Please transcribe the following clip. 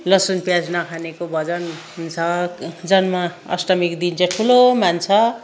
लसुन प्याज नखानेको भजन हुन्छ जन्म अष्टमीको दिन चाहिँ ठुलो मान्छ